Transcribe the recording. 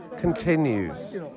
continues